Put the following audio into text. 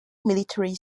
military